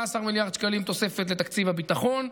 17 מיליארד שקלים תוספת לתקציב הביטחון,